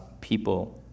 people